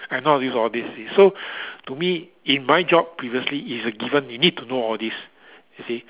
I know how to use all these you see so to me in my job previously is a given you need to know all these you see